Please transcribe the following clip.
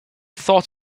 thought